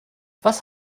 was